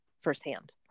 firsthand